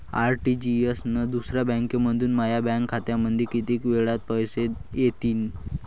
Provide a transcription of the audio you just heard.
RTGS न दुसऱ्या बँकेमंधून माया बँक खात्यामंधी कितीक वेळातं पैसे येतीनं?